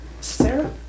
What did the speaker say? Sarah